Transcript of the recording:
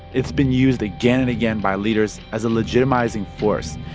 it's been used again and again by leaders as a legitimizing force.